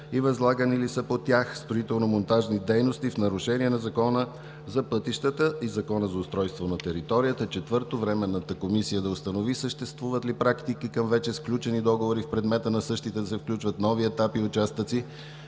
и възлагани ли са по тях строително-монтажни дейности в нарушение на Закона за пътищата и Закона за устройство на територията. 4. Временната комисия да установи съществуват ли практики, към вече сключени договори, в предмета на същите да се включват нови етапи и участъци,